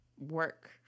work